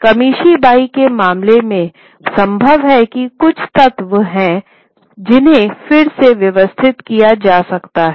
कमिशीबाई के मामले में संभव है कि कुछ तत्व हैं जिन्हें फिर से व्यवस्थित किया जा सकता है